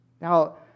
Now